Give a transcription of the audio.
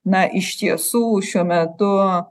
na iš tiesų šiuo metu